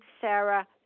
Sarah